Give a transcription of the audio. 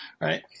Right